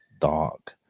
dog